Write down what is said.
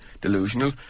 delusional